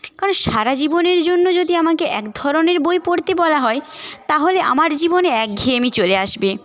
কারণ সারা জীবনের জন্য যদি আমাকে এক ধরনের বই পড়তে বলা হয় তাহলে আমার জীবনে একঘেয়েমি চলে আসবে